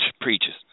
preaches